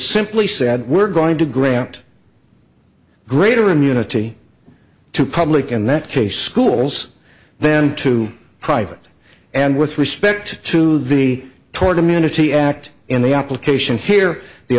simply said we're going to grant greater immunity to public and that case schools then to private and with respect to the toward immunity act in the application here the